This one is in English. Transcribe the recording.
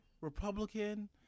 Republican